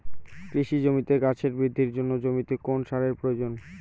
কৃষি জমিতে গাছের বৃদ্ধির জন্য জমিতে কোন সারের প্রয়োজন?